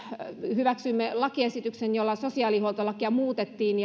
hyväksyi taannoin lakiesityksen jolla sosiaalihuoltolakia muutettiin